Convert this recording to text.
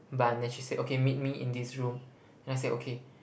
bun then she say okay meet me in this room then I say okay